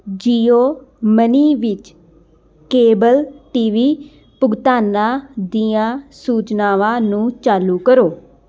JIO money ਵਿੱਚ cable T V ਭੁਗਤਾਨਾਂ ਦੀਆਂ ਸੂਚਨਾਵਾਂ ਨੂੰ ਚਾਲੂ ਕਰੋ